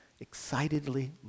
excitedly